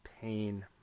pain